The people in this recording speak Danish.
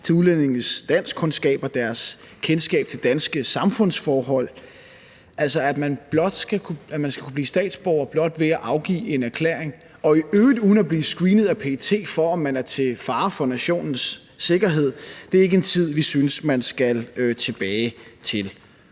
til udlændinges danskkundskaber og deres kendskab til danske samfundsforhold. En tid, hvor man skal kunne blive statsborger blot ved at afgive en erklæring og i øvrigt uden at blive screenet af PET for, om man er til fare for nationens sikkerhed, er ikke en tid, vi synes man skal tilbage til.